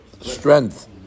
strength